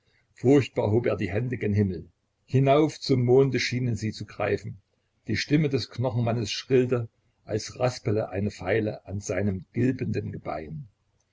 furchtbar hob er die hände gen himmel hinauf zum monde schienen sie zu greifen die stimme des knochenmannes schrillte als raspele eine feile an seinem gilbenden gebein